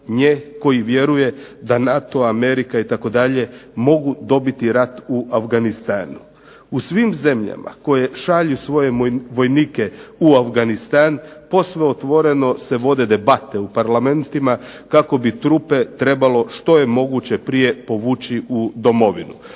nje koji vjerujem da NATO, Amerika itd., mogu dobiti rat u Afganistanu. U svim zemljama koje šalju svoje vojnike u Afganistan posve otvoreno se vode debate u parlamentima kako bi trupe trebalo što je moguće prije povući u domovinu.